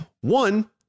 One